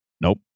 Nope